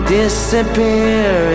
disappear